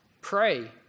Pray